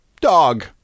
dog